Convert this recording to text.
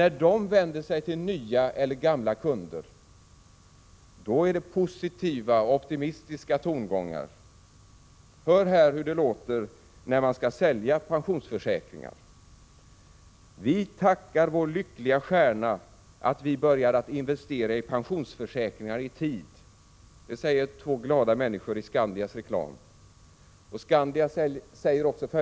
När de vänder sig till nya eller gamla kunder, då hörs positiva och optimistiska tongångar. Hör här hur det låter när man skall sälja pensionsförsäkringar: ”Vi tackar vår lyckliga stjärna att vi började att investera i pensionsförsäkringar i tid.” Det säger två glada människor i Skandias reklam, och Skandia säger också Prot.